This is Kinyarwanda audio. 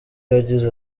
yagize